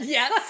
Yes